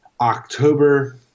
October